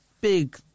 big